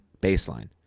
baseline